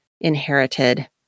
inherited